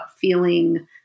feeling